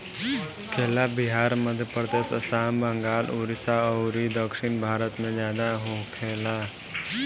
केला बिहार, मध्यप्रदेश, आसाम, बंगाल, उड़ीसा अउरी दक्षिण भारत में ज्यादा होखेला